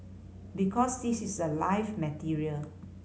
because this is a live material